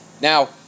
Now